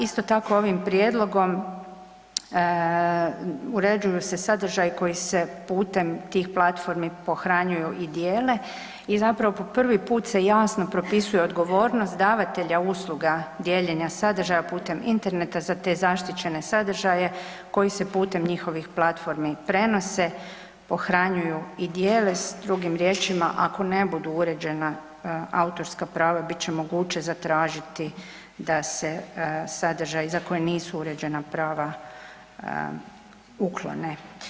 Isto tako, ovim prijedlogom uređuju se sadržaji koji se putem tih platformi pohranjuju i dijele i zapravo po prvi put se jasno propisuje odgovornost davatelja usluga dijeljenja sadržaja putem interneta za te zaštićene sadržaje koji se putem njihovih platformi prenose, pohranjuju i dijele, drugim riječima, ako ne budu uređena autorska prava, bit će moguće zatražiti da se sadržaji za koje nisu uređena prava uklone.